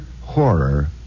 horror